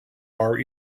our